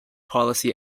policy